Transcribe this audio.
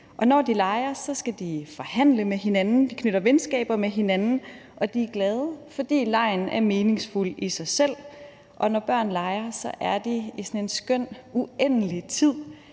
når de leger, skal de forhandle med hinanden, de knytter venskaber med hinanden, og de er glade, fordi legen er meningsfuld i sig selv. Og når børn leger, er de i en skøn, uendelig tid,